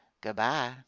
goodbye